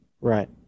Right